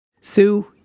Sue